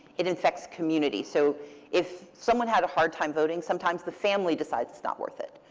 it infects community. so if someone had a hard time voting, sometimes the family decides it's not worth it.